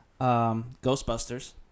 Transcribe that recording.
Ghostbusters